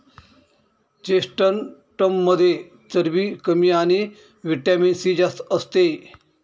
चेस्टनटमध्ये चरबी कमी आणि व्हिटॅमिन सी जास्त असते